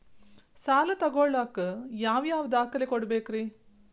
ಸಾಲ ತೊಗೋಳಾಕ್ ಯಾವ ಯಾವ ದಾಖಲೆ ಕೊಡಬೇಕ್ರಿ?